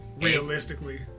Realistically